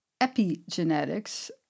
epigenetics